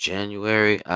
January